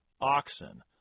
oxen